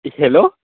hello